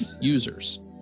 users